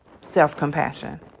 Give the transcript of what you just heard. self-compassion